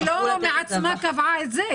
בסדר, אבל היא לא מעצמה קבעה את זה.